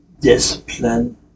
Discipline